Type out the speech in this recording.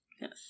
yes